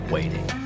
Waiting